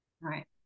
Right